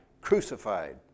crucified